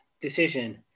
decision